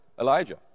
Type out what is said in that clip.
Elijah